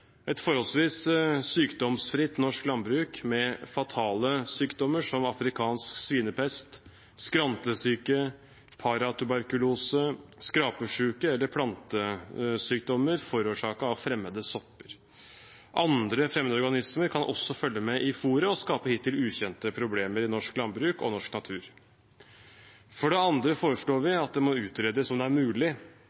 et forholdsvis sykdomsfritt norsk landbruk med fatale sykdommer, som afrikansk svinepest, skrantesyke, paratuberkulose, skrapesyke og plantesykdommer forårsaket av fremmede sopper. Andre fremmede organismer kan også følge med i fôret og skape hittil ukjente problemer i norsk landbruk og norsk natur. For det andre foreslår vi